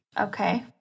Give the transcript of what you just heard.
Okay